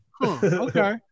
Okay